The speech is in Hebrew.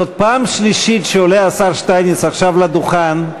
זו פעם שלישית שעולה השר שטייניץ עכשיו לדוכן.